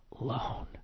alone